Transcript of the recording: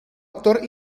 actor